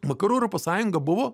vakarų europos sąjunga buvo